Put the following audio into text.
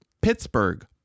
Pittsburgh